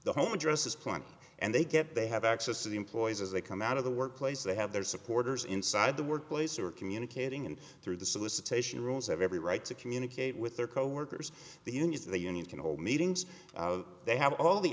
the home address is planning and they get they have access to the employees as they come out of the workplace they have their supporters inside the workplace are communicating and through the solicitation rooms have every right to communicate with their coworkers the unions the union can hold meetings they have all the